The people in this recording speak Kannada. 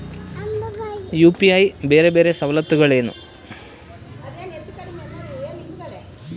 ಯು.ಪಿ.ಐ ಬೇರೆ ಬೇರೆ ಸವಲತ್ತುಗಳೇನು?